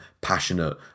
passionate